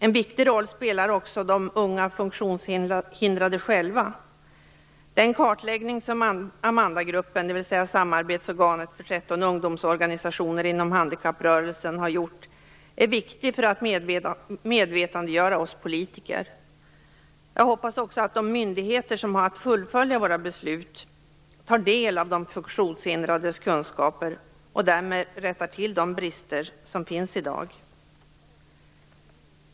En viktig roll spelar också de många funktionshindrade själva. Den kartläggning som Amandagruppen, dvs. samarbetsorganet för 13 ungdomsorganisationer inom handikapprörelsen, har gjort är viktig för att medvetandegöra oss politiker. Jag hoppas också att de myndigheter som har att fullfölja våra beslut tar del av de funktionshindrades kunskaper och därmed rättar till de brister som finns i dag.